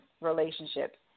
relationships